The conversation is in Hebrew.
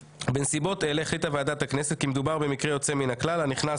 בנסיבות אלה החליטה ועדת הכנסת כי מדובר במקרה יוצא מהכלל הנכנס